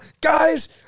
guys